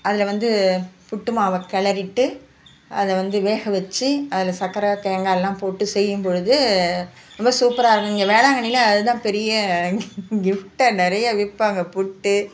அதில் வந்து புட்டு மாவை கிளரிட்டு அதை வந்து வேக வச்சு அதில் சக்கரை தேங்காய்லாம் போட்டு செய்யும் பொழுது ரொம்ப சூப்பராக இருக்கும் இங்கே வேளாங்கண்ணியில அது தான் பெரிய கிஃப்ட்டாக நிறைய விற்பாங்க புட்டு